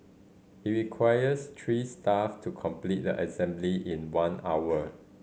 it requires three staff to complete the assembly in one hour